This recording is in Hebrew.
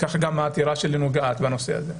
והעתירה שלי נוגעת גם לנושא הזה.